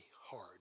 hard